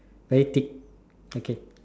very thick okay